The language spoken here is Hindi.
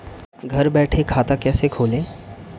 घर बैठे खाता कैसे खोलें?